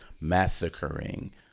massacring